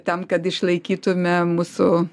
tam kad išlaikytume mūsų